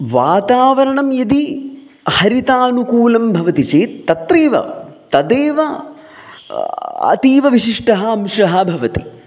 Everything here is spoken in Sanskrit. वातावरणं यदि हरितानुकूलं भवति चेत् तत्रैव तदेव अतीव विशिष्टः अंशः भवति